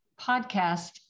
podcast